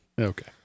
Okay